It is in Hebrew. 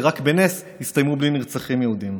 שרק בנס הסתיימו בלי נרצחים יהודים.